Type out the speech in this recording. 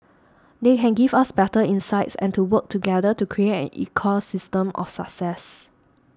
they can give us better insights and to work together to create an ecosystem of success